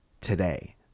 today